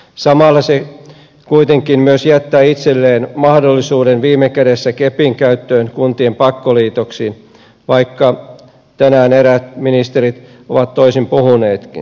samalla se kuitenkin myös jättää itselleen mahdollisuuden viime kädessä kepin käyttöön kuntien pakkoliitoksiin vaikka tänään eräät ministerit ovat toisin puhuneetkin